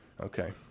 Okay